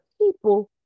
people